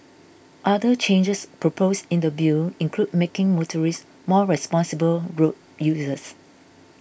other changes proposed in the Bill include making motorists more responsible road users